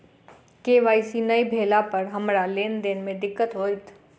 KYC नै भेला पर हमरा लेन देन मे दिक्कत होइत?